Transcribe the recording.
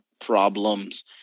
problems